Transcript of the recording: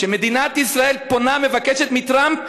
שמדינת ישראל פונה ומבקשת מטראמפ: